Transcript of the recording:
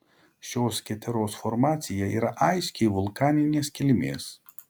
šios keteros formacija yra aiškiai vulkaninės kilmės